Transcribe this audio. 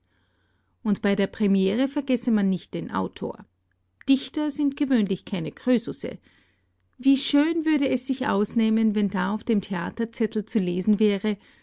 und bei der premiere vergesse man nicht den autor dichter sind gewöhnlich keine krösusse wie schön würde es sich ausnehmen wenn da auf dem theaterzettel zu lesen wäre